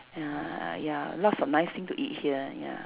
ya ya lots of nice thing to eat here ya